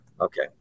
Okay